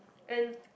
when